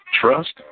trust